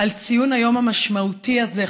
על ציון היום המשמעותי הזה,